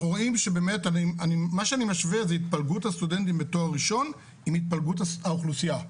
מה שאני משווה זה התפלגות הסטודנטים בתואר ראשון עם התפלגות האוכלוסייה.